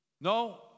No